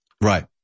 Right